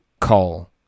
call